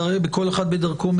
כל אחד בדרכו,